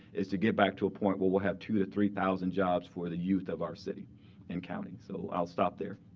is to get back to a point where we'll have two thousand to three thousand jobs for the youth of our city and county. so i'll stop there.